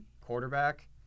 quarterback